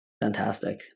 fantastic